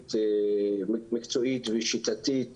פנימית מקצועית ושיטתית